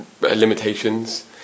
limitations